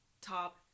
top